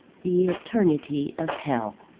the eternity of hell!